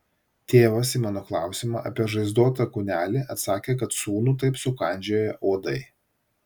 tėvas į mano klausimą apie žaizdotą kūnelį atsakė kad sūnų taip sukandžioję uodai